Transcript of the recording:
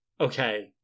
okay